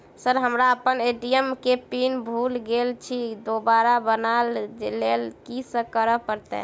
Sir हम अप्पन ATM केँ पिन भूल गेल छी दोबारा बनाब लैल की करऽ परतै?